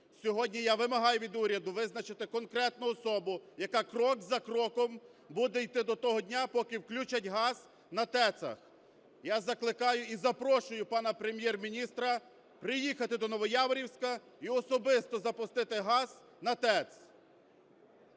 Сьогодні я вимагаю від уряду визначити конкретну особу, яка крок за кроком буде йти до того дня, поки включать газ на ТЕЦах. Я закликаю і запрошую пана Прем'єр-міністра приїхати до Новояворівська і особисто запустити газ на ТЕЦ.